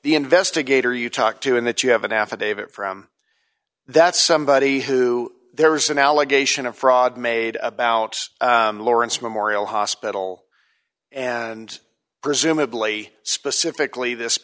the investigator you talk to in that you have an affidavit from that somebody who there's an allegation of fraud made about lawrence memorial hospital and presumably specifically this